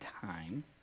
time